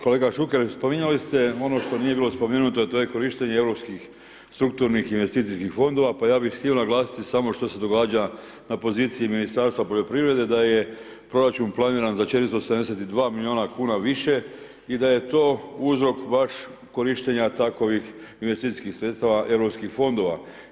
Kolega Šuker, spominjali ste ono što nije bilo spomenuto, to je korištenje europskih strukturnih investicijskih fondova, pa ja bih htio naglasiti samo što se događa na poziciji Ministarstva poljoprivrde, da je proračun planiran za 472 milijuna kuna više i da je to uzrok baš korištenja takovih investicijskih sredstava Europskih fondova.